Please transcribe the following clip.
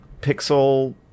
pixel